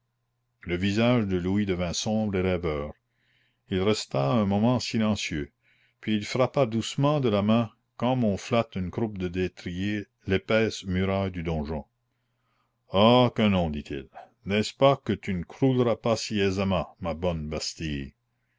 le visage de louis devint sombre et rêveur il resta un moment silencieux puis il frappa doucement de la main comme on flatte une croupe de destrier l'épaisse muraille du donjon oh que non dit-il n'est-ce pas que tu ne crouleras pas si aisément ma bonne bastille